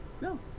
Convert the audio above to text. no